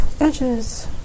Edges